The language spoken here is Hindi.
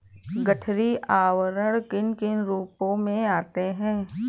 गठरी आवरण किन किन रूपों में आते हैं?